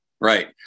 Right